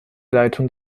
leitung